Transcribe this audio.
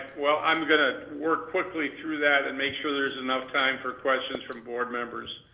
well i'm gonna work quickly through that and make sure there's enough time for questions from board members.